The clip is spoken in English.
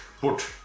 put